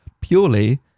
purely